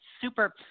super